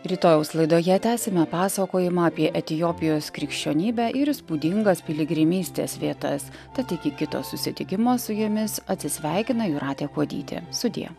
rytojaus laidoje tęsime pasakojimą apie etiopijos krikščionybę ir įspūdingas piligrimystės vietas tad iki kito susitikimo su jumis atsisveikina jūratė kuodytė sudie